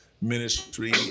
ministry